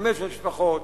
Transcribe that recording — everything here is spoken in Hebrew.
ל-500 משפחות,